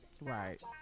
Right